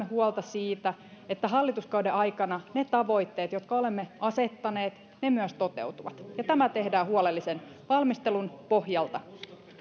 huolta siitä että hallituskauden aikana ne tavoitteet jotka olemme asettaneet myös toteutuvat ja tämä tehdään huolellisen valmistelun pohjalta